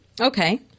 Okay